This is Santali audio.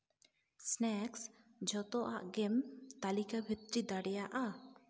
ᱥᱱᱮᱠᱥ ᱡᱷᱚᱛᱚ ᱟᱜ ᱜᱮᱢ ᱛᱟᱹᱞᱤᱠᱟ ᱵᱷᱤᱛᱨᱤ ᱫᱟᱲᱮᱭᱟᱜᱼᱟ